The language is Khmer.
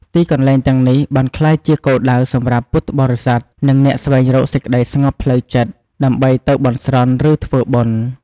ទីកន្លែងទាំងនេះបានក្លាយជាគោលដៅសម្រាប់ពុទ្ធបរិស័ទ និងអ្នកស្វែងរកសេចក្ដីស្ងប់ផ្លូវចិត្ត ដើម្បីទៅបន់ស្រន់ ឬធ្វើបុណ្យ ។